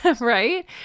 right